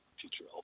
future